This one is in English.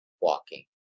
walking